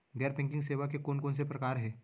गैर बैंकिंग सेवा के कोन कोन से प्रकार हे?